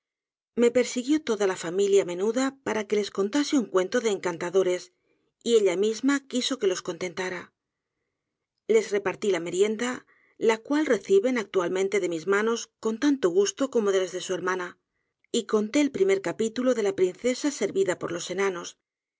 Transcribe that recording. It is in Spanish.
me persiguió toda la familia menuda para que les contase un cuento de encantadores y ella misma quiso que los contentara les repartí la merienda la cual reciben actualmente de mis manos con tanto gusto como de las de su hermana y conté el primer capítulo de la princesa ser vida por los enanos